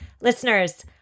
Listeners